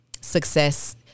success